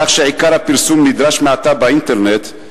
כך שעיקר הפרסום נדרש מעתה באינטרנט,